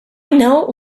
know